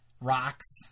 rocks